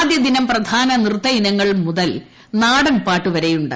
ആദ്യദിനം പ്രധാന നൃത്ത ഇനങ്ങൾ മുതൽ നാടൻപാട്ട് വരെയുണ്ട്